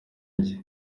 njye